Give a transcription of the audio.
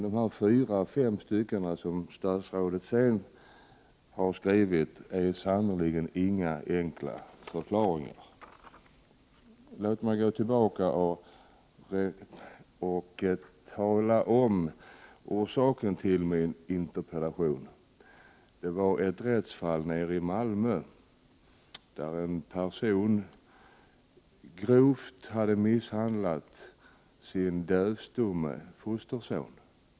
De fyra fem följande styckena i statsrådets svar är sannerligen inga enkla förklaringar. Låt mig gå tillbaka och tala om orsaken till min interpellation. Det var ett rättsfall nere i Malmö, där en person hade grovt misshandlat sin dövstumme fosterson.